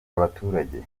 abaturage